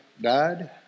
died